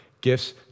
Gifts